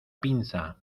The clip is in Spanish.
pinza